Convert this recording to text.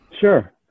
Sure